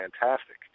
fantastic